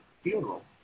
funeral